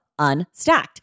Unstacked